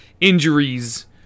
injuries